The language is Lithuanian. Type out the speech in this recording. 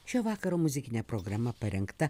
šio vakaro muzikinė programa parengta